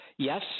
Yes